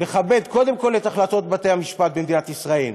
לכבד קודם כול את החלטות בתי-המשפט במדינת ישראל.